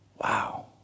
Wow